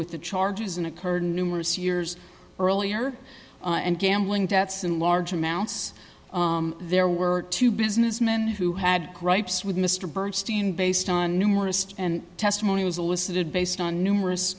with the charges and occurred numerous years earlier and gambling debts in large amounts there were two businessmen who had gripes with mr bernstein based on numerous and testimony was elicited based on numerous